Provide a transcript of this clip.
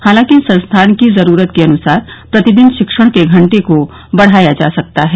हालांकि संस्थान की जरूरत के अनुसार प्रतिदिन शिक्षण के घंटे को बढ़ाया जा सकता है